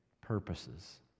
purposes